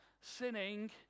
sinning